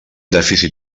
dèficit